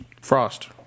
frost